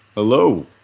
Hello